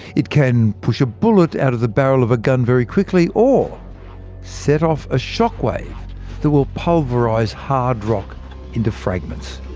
it can push a bullet out of the barrel of a gun very quickly, or set off a shock wave that will pulverize hard rock into fragments.